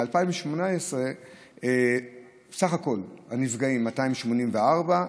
ב-2018 סך כל הנפגעים הוא 284,